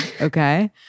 okay